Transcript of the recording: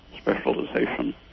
specialization